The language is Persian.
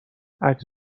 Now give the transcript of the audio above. عکس